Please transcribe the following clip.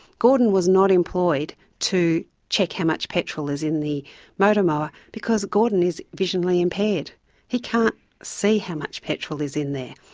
gordon was not employed to check how much petrol is in the motor mower because gordon is visionally impaired, he can't see how much petrol is in there.